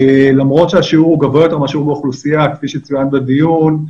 למרות שהשיעור הוא גבוה יותר מהשיעור באוכלוסייה כפי שצוין בדיון,